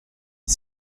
est